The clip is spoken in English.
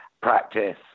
practice